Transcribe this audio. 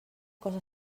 cosa